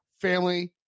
family